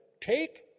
take